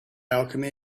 alchemy